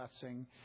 blessing